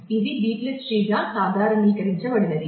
ఇది B tree గా సాధారణీకరించబడినది